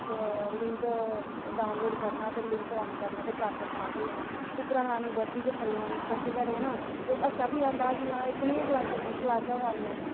ते link download करना ते लिंक आन करना ते क्लासां स्टार्ट होई जानियां उप्पर लानी बर्दी ते थल्लुआं निक्कर च गै रौह्ना ते हास्सा बी आंदा हा कि हां एह् कनेहियां क्लासां क्लासां होआ दियां ऐ